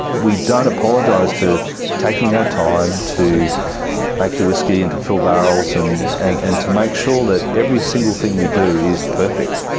we don't apologise for taking our time to make like the whisky and to fill barrels and and and to make sure that every single thing we do is perfect.